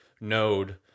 node